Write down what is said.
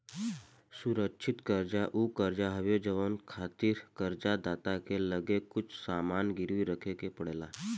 सुरक्षित कर्जा उ कर्जा हवे जवना खातिर कर्ज दाता के लगे कुछ सामान गिरवी रखे के पड़ेला